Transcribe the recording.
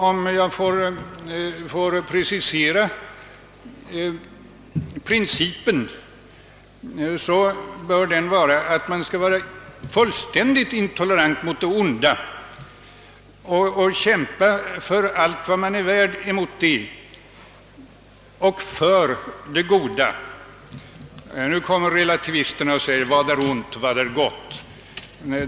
Om jag får precisera principen, så bör den vara att man uppträder fullständigt intolerant mot det onda och kämpar, för allt vad man är värd, emot det och för det goda. Nu säger relativisterna: Vad är ont och vad är gott?